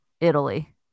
Italy